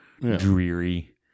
dreary